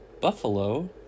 buffalo